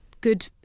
good